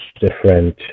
different